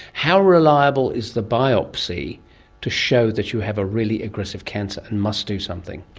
how reliable is the biopsy to show that you have a really aggressive cancer and must do something?